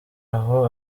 aho